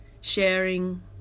sharing